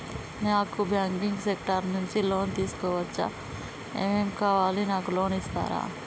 నాకు banking sector నుంచి loan తీసుకోవచ్చా? ఏమేం కావాలి? నాకు లోన్ ఇస్తారా?